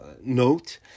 note